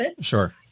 Sure